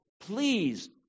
Please